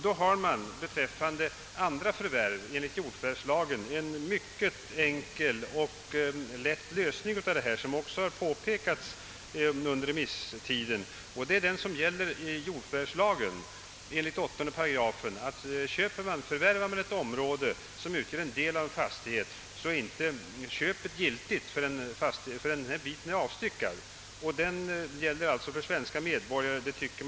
Då har man beträffande andra förvärv enligt jordförvärvslagen en mycket enkel lösning på detta — något som också påpekas under remisstiden. I 8 § jordförvärvslagen stadgas att om man förvärvar ett område som utgör del av en fastighet är inte köpet giltigt förrän denna bit är avstyckad. Denna paragraf gäller alltså för svenska medborgare.